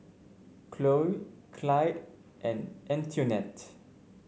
Cloe Clide and Antionette